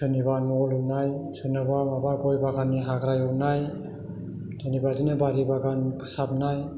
सोरनिबा न' लुनाय सोरनिबा माबा गय बागाननि हाग्रा एवनाय बेबायदिनो बारि बागान फोसाबनाय